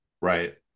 Right